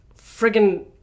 friggin